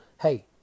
hey